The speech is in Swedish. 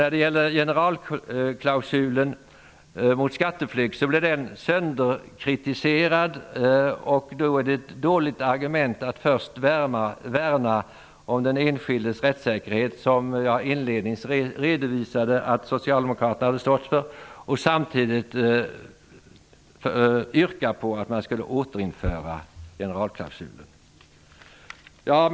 Vidare blev ju generalklausulen mot skatteflykt sönderkritiserad. Då är det ett dåligt argument att först värna om den enskildes rättssäkerhet, som jag inledningsvis redovisade att Socialdemokraterna hade stått för, och sedan yrka på ett återinförande av generalklausulen. Fru talman!